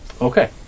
Okay